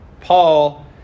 Paul